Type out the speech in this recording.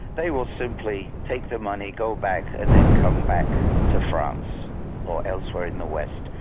they will simply take the money, go back and then come back to france or elsewhere in the west.